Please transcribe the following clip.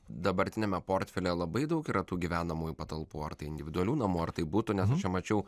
dabartiniame portfelyje labai daug yra tų gyvenamųjų patalpų ar tai individualių namų ar tai būtų nes čia mačiau